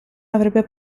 avrebbe